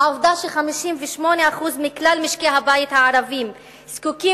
העובדה ש-58% מכלל משקי-הבית הערביים זקוקים